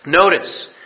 Notice